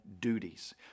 duties